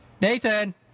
Nathan